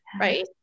right